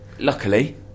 Luckily